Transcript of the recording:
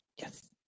Yes